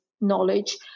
knowledge